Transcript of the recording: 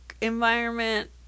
environment